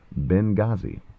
Benghazi